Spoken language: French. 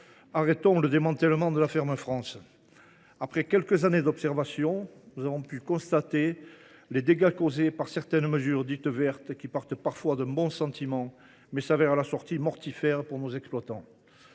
Arrêtons le démantèlement de la « ferme France »! Après quelques années d’observation, nous avons pu constater les dégâts causés par certaines mesures dites « vertes », qui partent parfois d’un bon sentiment, mais s’avèrent, à la sortie, mortifères pour nos exploitants.